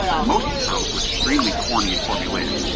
most sitcoms were extremely corny and formulaic.